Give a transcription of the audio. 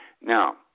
Now